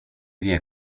wie